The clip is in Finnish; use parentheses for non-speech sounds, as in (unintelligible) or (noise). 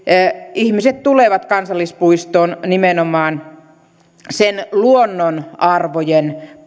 ihmiset tulevat kansallispuistoon nimenomaan sen luonnonarvojen (unintelligible)